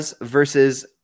versus